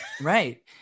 Right